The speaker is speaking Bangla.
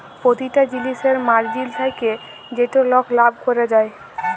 পতিটা জিলিসের মার্জিল থ্যাকে যেটতে লক লাভ ক্যরে যায়